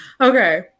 Okay